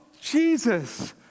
Jesus